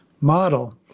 model